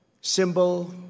symbol